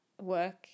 work